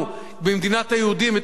את המרכז של העולם היהודי.